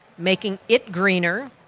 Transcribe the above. making it greener.